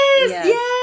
yes